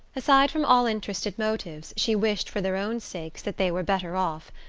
aside from all interested motives, she wished for their own sakes that they were better off.